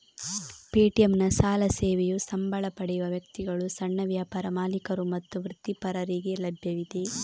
ಪೇಟಿಎಂನ ಸಾಲ ಸೇವೆಯು ಸಂಬಳ ಪಡೆಯುವ ವ್ಯಕ್ತಿಗಳು, ಸಣ್ಣ ವ್ಯಾಪಾರ ಮಾಲೀಕರು ಮತ್ತು ವೃತ್ತಿಪರರಿಗೆ ಲಭ್ಯವಿದೆ